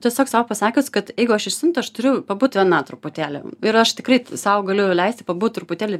tiesiog sau pasakius kad jeigu aš įsiuntu aš turiu pabūt viena truputėlį ir aš tikrai sau galiu leisti pabūt truputėlį